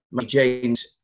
James